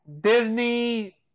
Disney